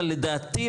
אבל לדעתי,